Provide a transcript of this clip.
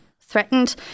threatened